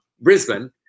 Brisbane